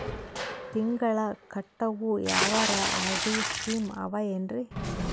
ತಿಂಗಳ ಕಟ್ಟವು ಯಾವರ ಆರ್.ಡಿ ಸ್ಕೀಮ ಆವ ಏನ್ರಿ?